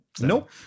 Nope